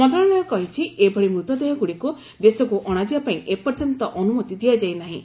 ମନ୍ତ୍ରଣାଳୟ କହିଛି ଏଭଳି ମୃତଦେହଗୁଡ଼ିକୁ ଦେଶକୁ ଅଣାଯିବା ପାଇଁ ଏପର୍ଯ୍ୟନ୍ତ ଅନୁମତି ଦିଆଯାଇନାହିଁ